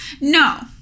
No